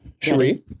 Sheree